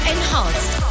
Enhanced